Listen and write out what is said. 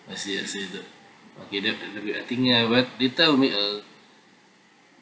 I see I see the okay that would be good I'll think about it later we'll make a